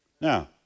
Now